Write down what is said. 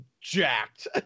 jacked